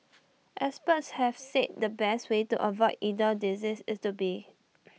experts have said the best way to avoid either disease is to be